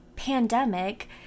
pandemic